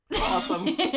Awesome